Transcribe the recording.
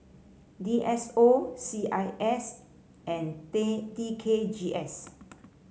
D S O C I S and T K G S